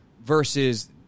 versus